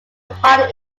hiding